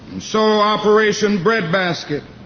so operation breadbasket